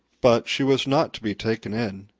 but she was not to be taken in,